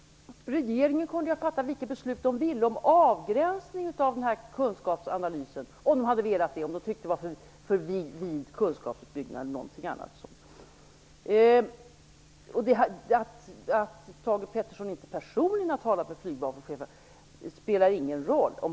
Regeringen kunde ha fattat vilket beslut man ville. Man skulle ha kunnat fatta beslut om en avgränsning av kunskapsanalysen om man hade velat det, om man tyckte att det var fråga om en för vid kunskapsutbyggnad eller någonting annat. Att Thage G Peterson inte personligen har talat med flygvapenchefen spelar ingen roll.